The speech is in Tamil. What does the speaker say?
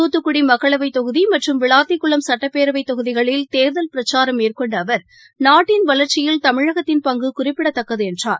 தூத்துக்குடிமக்களவைதொகுதிமற்றும் விளாத்திக்குளம் சட்டப்பேரவைத் தொகுதிகளில் தேர்தல் பிரச்சாரம் மேற்கொண்டஅவர் நாட்டின் வளர்ச்சியில் தமிழகத்தின் பங்குகுறிப்பிடத்தக்கதுஎன்றார்